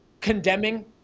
condemning